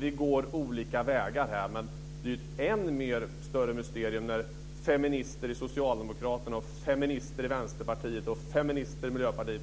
Vi går olika vägar där, men det är ett än större mysterium när feminister i Socialdemokraterna, feminister i Vänsterpartiet och feminister i Miljöpartiet